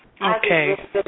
Okay